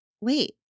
wait